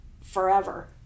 forever